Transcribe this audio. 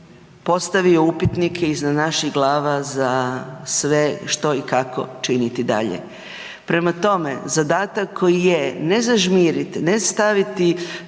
postavio upitnike iznad naših glava za sve što i kako činiti dalje. Prema tome, zadatak koji je ne zažmirit, ne staviti,